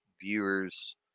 viewers